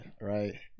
right